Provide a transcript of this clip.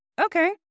okay